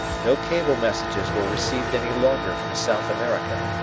no cable messages were received any longer from south america.